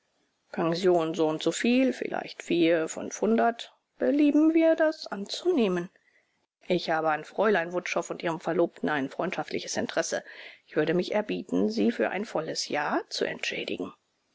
pension soundsoviel vielleicht vier fünfhundert belieben wir das anzunehmen ich habe an fräulein wutschow und ihrem verlobten ein freundschaftliches interesse ich würde mich erbieten sie für ein volles jahr zu entschädigen